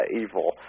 evil